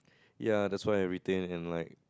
ya that's why I retain and like